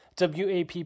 WAP